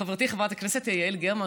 חברתי חברת הכנסת יעל גרמן,